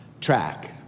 track